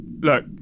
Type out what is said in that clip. Look